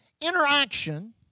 interaction